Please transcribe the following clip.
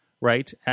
right